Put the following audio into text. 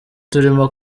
turimo